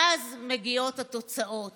ואז מגיעות התוצאות.